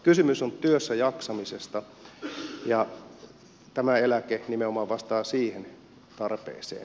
kysymys on työssäjaksamisesta ja tämä eläke nimenomaan vastaa siihen tarpeeseen